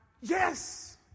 yes